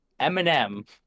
Eminem